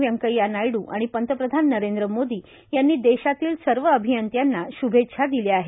वैंकय्या नायडू आणि पंतप्रधान नरेंद्र मोदी यांनी देशातल्या सर्व अभियंत्यांना श्भेच्छा दिल्या आहेत